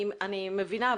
אני מבינה,